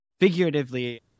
Figuratively